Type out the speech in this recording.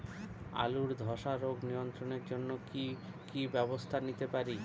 আলুর ধ্বসা রোগ নিয়ন্ত্রণের জন্য কি কি ব্যবস্থা নিতে পারি?